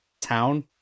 town